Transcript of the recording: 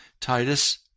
Titus